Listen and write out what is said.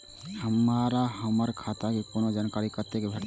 हमरा हमर खाता के कोनो जानकारी कतै भेटतै?